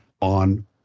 on